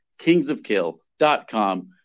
kingsofkill.com